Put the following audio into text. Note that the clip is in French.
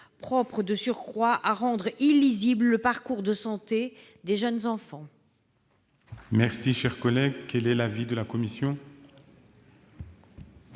propre, de surcroît, à rendre illisible le parcours de santé des jeunes enfants. Quel est l'avis de la commission ?